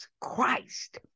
Christ